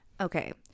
Okay